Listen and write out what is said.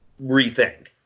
rethink